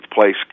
place